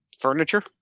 furniture